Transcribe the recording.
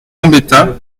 gambetta